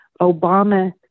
Obama